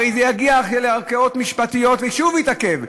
הרי זה יגיע לערכאות משפטיות ושוב יתעכב.